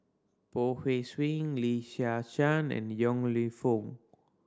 Poh Sween Lee Shyan and Yong Lew Foong